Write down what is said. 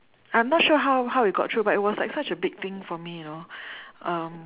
I'm not sure how how it got through but it was like such a big thing for me you know um